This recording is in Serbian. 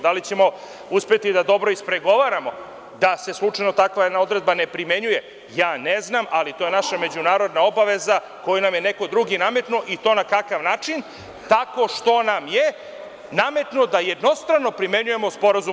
Da li ćemo uspeti da dobro ispregovaramo da se slučajno takva jedna odredba ne primenjuje, ne znam, ali to je naša međunarodna obaveza koju nam je neko drugi nametnuo i to na takav način tako što nam je nametnuo da jednostrano primenjujemo SSP.